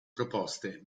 proposte